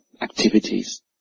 activities